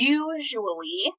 usually